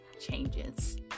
changes